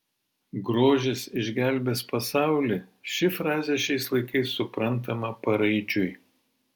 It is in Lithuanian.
grožis išgelbės pasaulį ši frazė šiais laikais suprantama paraidžiui